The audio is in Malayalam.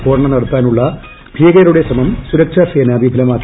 സ്ഫോടനം നടത്താനുള്ള ഭീകരരുടെ ശ്രമം സുരക്ഷാസേന വിഫലമാക്കി